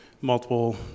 multiple